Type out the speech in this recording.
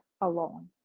alone